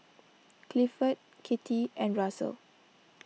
Clifford Kittie and Russell